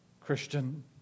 Christian